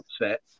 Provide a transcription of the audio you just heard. upset